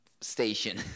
station